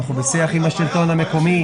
אנחנו בשיח עם השלטון המקומי.